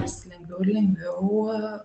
bus lengviau ir lengviau